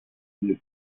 nous